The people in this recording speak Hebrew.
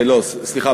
סליחה,